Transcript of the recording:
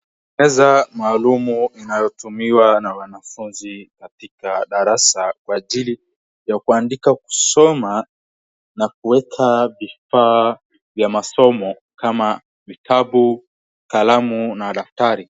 Meza maalum inayotumiwa na wanafunzi katika darasa kwa ajili ya kuandika, kusoma na kuweka vifaa vya masomo kama vitabu, kalamu na daftari.